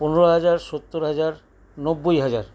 পনেরো হাজার সত্তর হাজার নব্বই হাজার